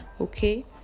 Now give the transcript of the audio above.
okay